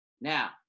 Now